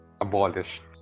abolished